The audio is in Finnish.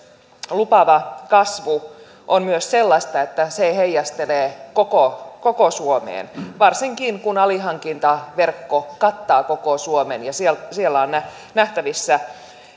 lupaava kasvu on myös sellaista että se heijastelee koko koko suomeen varsinkin kun alihankintaverkko kattaa koko suomen ja siellä siellä on nähtävissä